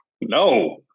No